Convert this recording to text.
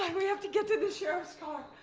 we have to get to the sheriff's car.